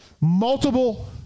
multiple